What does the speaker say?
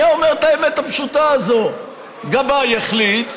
הוא היה אומר את האמת הפשוטה הזאת: גבאי החליט,